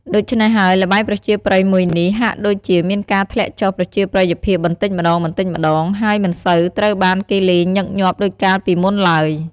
ដូច្នេះហើយល្បែងប្រជាប្រិយមួយនេះ ហាក់ដូចជាមានការធ្លាក់ចុះប្រជាប្រិយភាពបន្តិចម្តងៗ ហើយមិនសូវត្រូវបានគេលេងញឹកញាប់ដូចកាលពីមុនឡើយ។